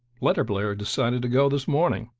letterblair decided to go this morning.